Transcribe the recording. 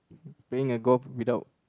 playing a golf without